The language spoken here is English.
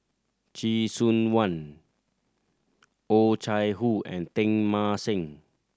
Chee Soon One Oh Chai Hoo and Teng Mah Seng